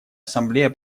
ассамблея